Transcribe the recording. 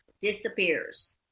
Disappears